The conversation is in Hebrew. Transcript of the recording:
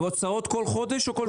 הוצאות כל חודש או כל שנה?